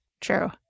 True